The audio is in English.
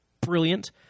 brilliant